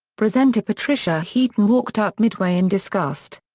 presenter patricia heaton walked out midway in disgust.